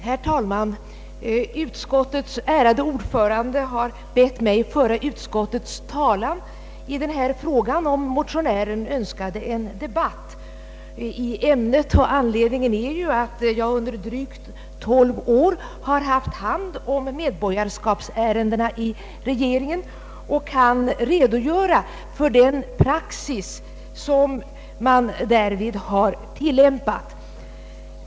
Herr talman! Utskottets ärade ordförande har bett mig föra utskottets talan i denna fråga, om motionären önskade en debatt i ämnet. Anledningen härtill är att jag under drygt 12 år har haft hand om medborgarskapsärendena i regeringen och kan redogöra för den praxis, som man därvid har tillämpat.